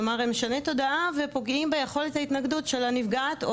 כלומר הם משני תודעה ופוגעים ביכולת ההתנגדות של הנפגעת,